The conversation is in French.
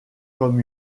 comme